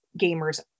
gamers